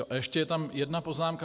A ještě je tam jedna poznámka.